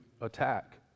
attack